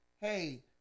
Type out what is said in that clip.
hey